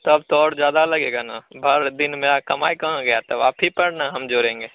तब तो और ज़्यादा लगेगा ना दिन मेरी कमाई कहाँ गया तब आप ही पर ना हम जोड़ेंगे